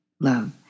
love